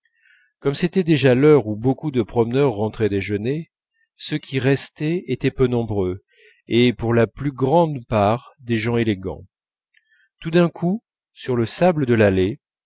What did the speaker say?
comme c'était déjà l'heure où beaucoup de promeneurs rentraient déjeuner ceux qui restaient étaient peu nombreux et pour la plus grande part des gens élégants tout d'un coup sur le sable de l'allée